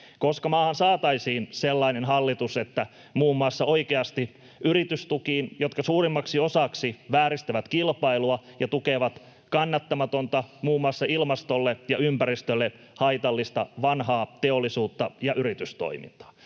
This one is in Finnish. Koska maahan saataisiin sellainen hallitus, että muun muassa oikeasti puututtaisiin yritystukiin, jotka suurimmaksi osaksi vääristävät kilpailua ja tukevat kannattamatonta, muun muassa ilmastolle ja ympäristölle haitallista vanhaa teollisuutta ja yritystoimintaa?